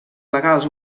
legals